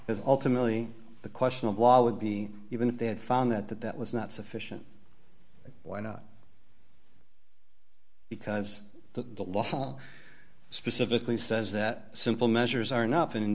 because ultimately the question of law would be even if they had found that that that was not sufficient why not because the law specifically says that simple measures are eno